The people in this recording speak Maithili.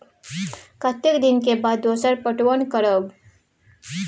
कतेक दिन के बाद दोसर पटवन करब?